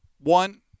One